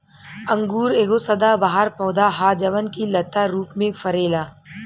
अंगूर एगो सदाबहार पौधा ह जवन की लता रूप में फरेला